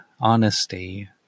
honesty